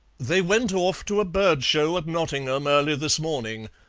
they went off to a bird-show at nottingham early this morning,